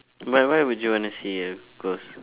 but why would you want to see a ghost